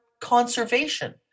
conservation